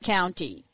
County